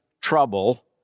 trouble